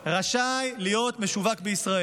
רשאי להיות משווק בישראל.